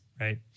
Right